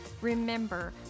Remember